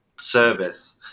service